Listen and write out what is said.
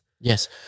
Yes